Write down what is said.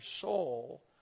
soul